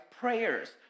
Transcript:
prayers